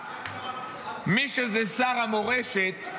שזה שר המורשת,